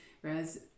whereas